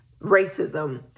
racism